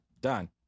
Done